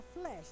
flesh